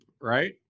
right